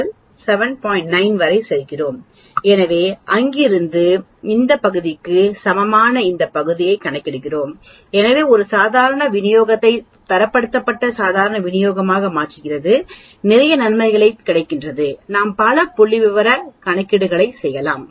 9 வரை செல்கிறோம் எனவே அங்கிருந்து இந்த பகுதிக்கு சமமான இந்த பகுதியை கணக்கிடுகிறோம் எனவே ஒரு சாதாரண விநியோகத்தை தரப்படுத்தப்பட்ட சாதாரண விநியோகமாக மாற்றுகிறது நிறைய நன்மைகள் கிடைக்கின்றன நாம் பல புள்ளிவிவரக் கணக்கீடுகளைச் செய்யலாம்